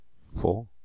four